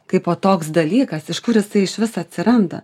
kaipo toks dalykas iš kur jisai išvis atsiranda